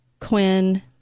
Quinn